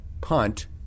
punt